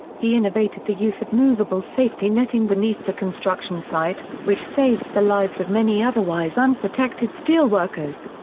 he innovated the use of movable safety netting beneath the construction site, which saved the lives of many otherwise-unprotected steelworkers.